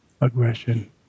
aggression